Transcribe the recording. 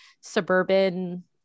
suburban